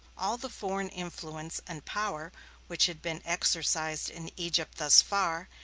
all the foreign influence and power which had been exercised in egypt thus far,